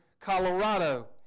Colorado